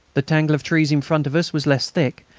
the tangle of trees in front of us was less thick,